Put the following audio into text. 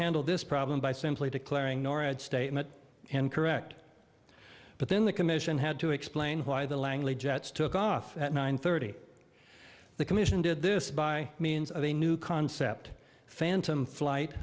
handled this problem by simply declaring norad statement incorrect but then the commission had to explain why the langley jets took off at nine thirty the commission did this by means of a new concept phantom flight